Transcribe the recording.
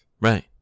right